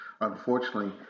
unfortunately